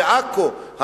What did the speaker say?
בעכו,